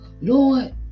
Lord